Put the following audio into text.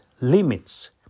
limits